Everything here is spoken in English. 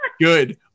good